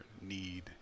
need